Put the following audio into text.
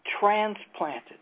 transplanted